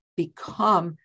become